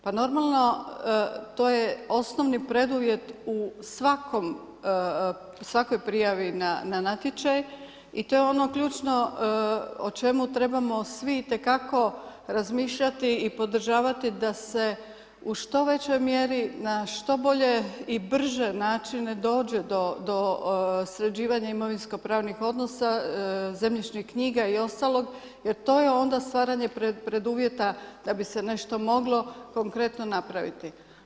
Pa normalno, to je osnovni preduvjet u svakoj prijavi na natječaj i to je ono ključno o čemu trebamo svi itekako razmišljati i podržavati da se u što većoj mjeri na što bolje i brže načine dođe do sređivanja imovinsko pravnih odnosa, zemljišnih knjiga i ostalog, jer to je onda stvaranje preduvjeta, da bi se nešto moglo konkretno napraviti.